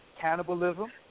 cannibalism